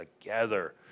together